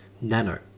Nano